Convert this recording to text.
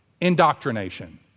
indoctrination